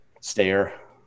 stare